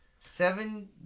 Seven